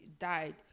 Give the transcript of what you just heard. died